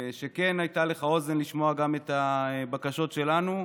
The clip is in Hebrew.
שכן הייתה לך אוזן לשמוע את גם את הבקשות שלנו,